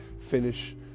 finish